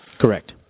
Correct